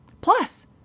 Plus